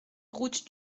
route